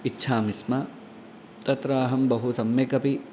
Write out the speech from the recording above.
इच्छामि स्म तत्र अहं बहु सम्यकपि